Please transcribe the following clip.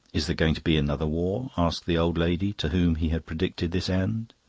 is there going to be another war? asked the old lady to whom he had predicted this end.